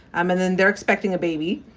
um and then they're expecting a baby.